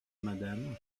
madame